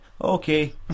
okay